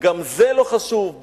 גם זה לא חשוב,